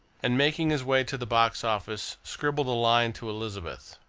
and, making his way to the box office, scribbled a line to elizabeth.